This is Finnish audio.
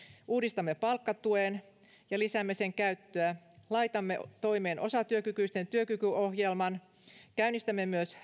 uudistamme palkkatuen ja lisäämme sen käyttöä laitamme toimeen osatyökykyisten työkykyohjelman käynnistämme myös